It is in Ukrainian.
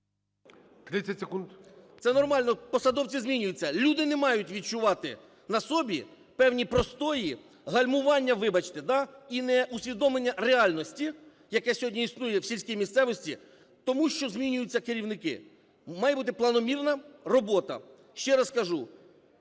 Це нормально, посадовці змінюються, люди не мають відчувати на собі певні простої, гальмування, вибачте, да, і неусвідомлення реальності, яке сьогодні існує в сільській місцевості, тому що змінюються керівники. Має бути планомірна робота. Ще раз кажу,